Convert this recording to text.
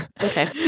Okay